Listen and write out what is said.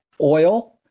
oil